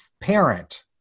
parent